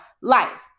life